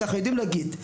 כי אנחנו יודעים להגיד.